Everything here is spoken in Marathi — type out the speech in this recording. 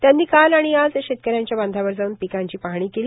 त्यांनी काल आणि आज शेतकऱ्यांच्या बांधावर जाऊन पिकांची पाहणी केली